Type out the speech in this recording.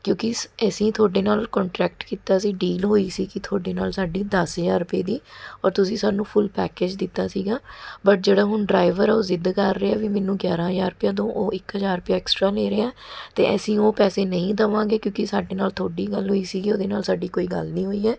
ਕਿਉਂਕਿ ਸ ਅਸੀਂ ਤੁਹਾਡੇ ਨਾਲ ਕੌਨਟਰੈਕਟ ਕੀਤਾ ਸੀ ਡੀਲ ਹੋਈ ਸੀਗੀ ਤੁਹਾਡੇ ਨਾਲ ਸਾਡੀ ਦਸ ਹਜ਼ਾਰ ਰੁਪਏ ਦੀ ਔਰ ਤੁਸੀਂ ਸਾਨੂੰ ਫੁੱਲ ਪੈਕੇਜ ਦਿੱਤਾ ਸੀਗਾ ਬਟ ਜਿਹੜਾ ਹੁਣ ਡਰਾਈਵਰ ਹੈ ਉਹ ਜਿੱਦ ਕਰ ਰਿਹਾ ਵੀ ਮੈਨੂੰ ਗਿਆਰ੍ਹਾਂ ਹਜ਼ਾਰ ਰੁਪਇਆ ਦਿਓ ਉਹ ਇੱਕ ਹਜ਼ਾਰ ਰੁਪਇਆ ਐਕਸਟਰਾਂ ਲੈ ਰਿਹਾ ਅਤੇ ਅਸੀਂ ਉਹ ਪੈਸੇ ਨਹੀਂ ਦੇਵਾਂਗੇ ਕਿਉਂਕਿ ਸਾਡੇ ਨਾਲ ਤੁਹਾਡੀ ਗੱਲ ਹੋਈ ਸੀਗੀ ਉਹਦੇ ਨਾਲ ਸਾਡੀ ਕੋਈ ਗੱਲ ਨਹੀਂ ਹੋਈ ਹੈ